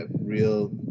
real